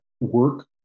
work